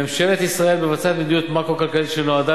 ממשלת ישראל מבצעת מדיניות מקרו-כלכלית שנועדה